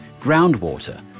groundwater